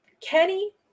kenny